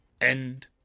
End